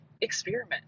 experiment